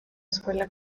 escuela